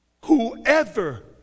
Whoever